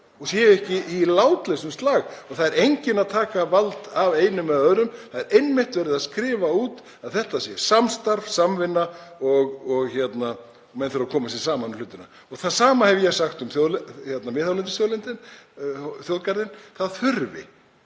og séu ekki í látlausum slag. Það er enginn að taka vald af einum eða neinum. Það er einmitt verið að skrifa út að þetta sé samstarf, samvinna og að menn þurfi að koma sér saman um hlutina. Það sama hef ég sagt um miðhálendisþjóðgarðinn, að það þurfi